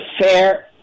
fair